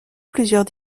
plusieurs